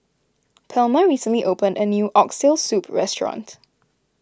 Palma recently opened a new Oxtail Soup restaurant